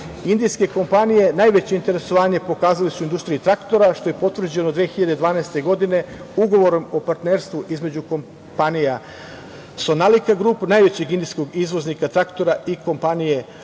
Indijske kompanije, najveće interesovanje pokazali su u industriji traktora što je potvrđeno 2012. godine Ugovorom o partnerstvu između kompanija Sonalika Group najvećeg indijskog izvoznika traktora i kompanije Agromehanika iz